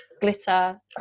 glitter